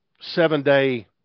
seven-day